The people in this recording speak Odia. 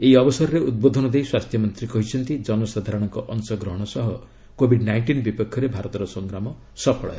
ଏହି ଅବସରରେ ଉଦ୍ବୋଧନ ଦେଇ ସ୍ୱାସ୍ଥ୍ୟମନ୍ତ୍ରୀ କହିଛନ୍ତି ଜନସାଧାରଣଙ୍କ ଅଂଶଗ୍ରହଣ ସହ କୋବିଡ୍ ନାଇଷ୍ଟିନ୍ ବିପକ୍ଷରେ ଭାରତର ସଂଗ୍ରାମ ସଫଳ ହେବ